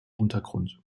untergrund